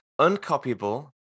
Uncopyable